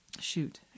shoot